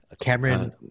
Cameron